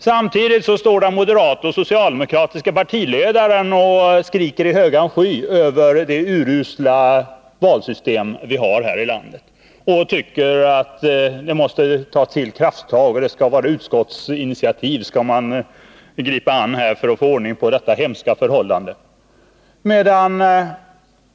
Samtidigt skriker den moderate partiledaren och den socialdemokratiske partiledaren i högan sky om det urusla valsystem vi har här i landet och menar att det måste tas krafttag, att det måste komma utskottsinitiativ för att få ordning på detta hemska förhållande.